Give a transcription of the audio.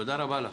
תודה רבה לך.